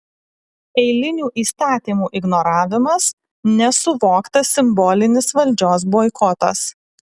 eilinių įstatymų ignoravimas nesuvoktas simbolinis valdžios boikotas